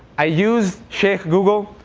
i used sheik google.